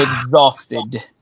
exhausted